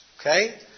Okay